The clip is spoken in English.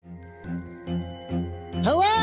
Hello